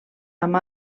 amb